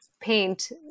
paint